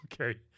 okay